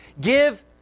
Give